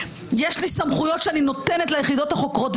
יש לי סמכויות שאני נותנת ליחידות החוקרות,